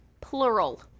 plural